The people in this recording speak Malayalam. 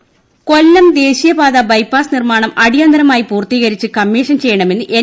ബൈപ്പാസ് നിർമ്മാണം കൊല്ലം ദേശീയപാത ബൈപ്പാസ് നിർമ്മാണം അടിയന്തരമായി പൂർത്തീകരിച്ച് കമ്മീഷൻ ചെയ്യണമെന്ന് എൻ